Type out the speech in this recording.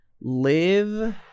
live